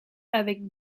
avec